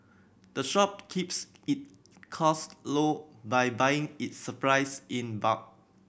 the shop keeps it cost low by buying its supplies in bulk